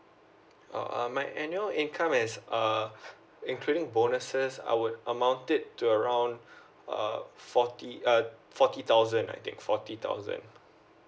um my annual income is uh including bonuses I would amount it to around uh forty uh forty thousand I think forty thousand